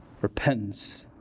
repentance